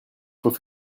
faut